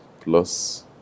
plus